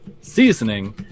Seasoning